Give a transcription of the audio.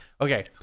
Okay